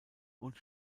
und